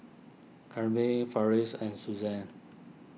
Kamryn Farris and Suzann